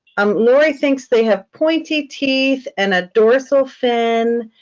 um laurie thinks they have pointy teeth and a dorsal fin.